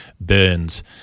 Burns